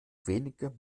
wenige